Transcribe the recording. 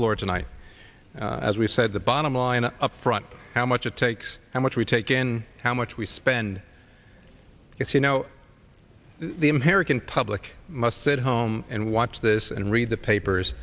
floor tonight as we said the bottom line up front how much it takes how much we take in how much we spend it's you know the american public must sit home and watch this and read the papers